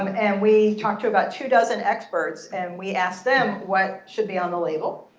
um and we talked to about two dozen experts. and we asked them what should be on the label.